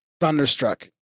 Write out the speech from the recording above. Thunderstruck